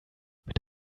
mit